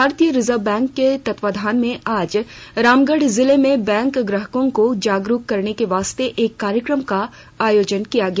भारतीय reserve bank के तत्वावधान में आज रामगढ़ जिले में बैंक ग्राहकों को जागरूक करने के वास्ते एक कार्यक्रम का आयोजन किया गया